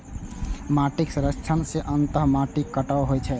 माटिक क्षरण सं अंततः माटिक कटाव होइ छै